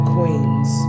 Queens